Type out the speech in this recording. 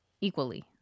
equally